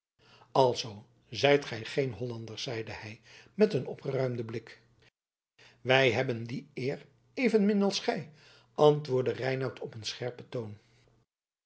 alzoo zijt gij geen hollanders zeide hij met een opgeruimden blik wij hebben die eer evenmin als gij antwoordde reinout op een scherpen toon